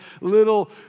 little